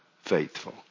faithful